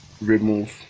remove